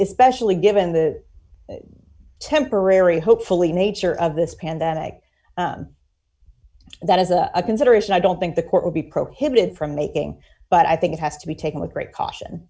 it specially given the temporary hopefully nature of this pandemic that is a consideration i don't think the court will be prohibited from making but i think it has to be taken with great caution